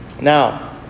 Now